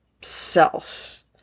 self